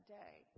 day